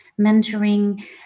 mentoring